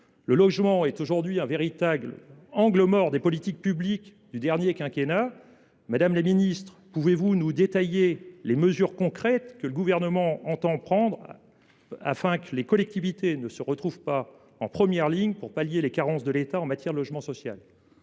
le logement a été un véritable angle mort des politiques publiques. Madame la secrétaire d’État, pouvez-vous nous détailler les mesures concrètes que le Gouvernement entend prendre afin que les collectivités ne se retrouvent pas en première ligne pour pallier les carences de l’État en matière de logement social ?